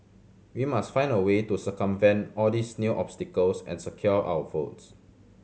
we must find a way to circumvent all these new obstacles and secure our votes